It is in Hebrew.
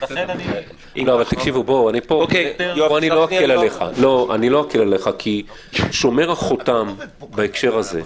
אני לא אקל עליך כי אתם שומר החותם בהקשר הזה.